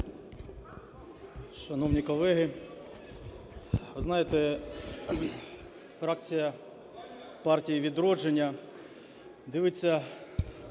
Шановні колеги, ви знаєте, фракція "Партії "Відродження" дивиться